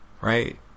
right